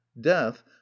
death